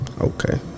Okay